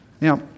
Now